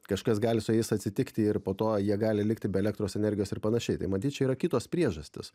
kažkas gali su jais atsitikti ir po to jie gali likti be elektros energijos ir panašiai tai matyt čia yra kitos priežastys